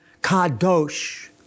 Kadosh